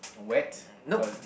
wet cause